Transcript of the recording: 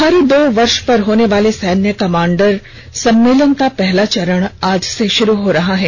हर दो वर्ष पर होने वाले सैन्य कमांडर सम्मेलन का पहला चरण आज से शुरू हो रहा है